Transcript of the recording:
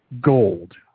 gold